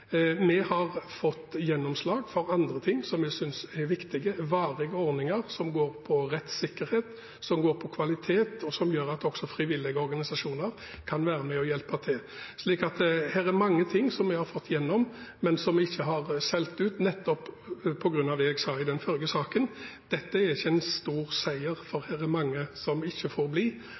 Vi har fått gjennomslag for andre ting som vi synes er viktige, varige ordninger som går på rettssikkerhet, som går på kvalitet, og som gjør at også frivillige organisasjoner kan være med å hjelpe til. Så det er mange ting som vi har fått igjennom, men som vi ikke har solgt ut, nettopp på grunn av det jeg sa i den forrige saken. Dette er ikke en stor seier, for her er det mange som ikke får bli,